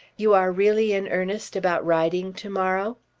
you are really in earnest about riding to-morrow.